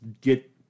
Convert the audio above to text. get